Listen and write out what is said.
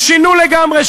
ושינו לגמרי,